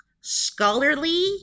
scholarly